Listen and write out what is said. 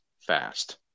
fast